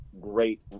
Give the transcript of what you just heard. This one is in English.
great